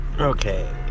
Okay